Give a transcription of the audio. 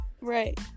Right